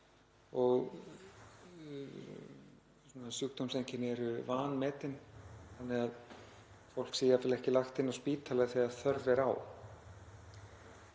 og sjúkdómseinkenni eru vanmetin þannig að fólk er jafnvel ekki lagt inn á spítala þegar þörf er á.